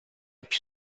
più